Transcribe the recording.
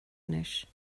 anois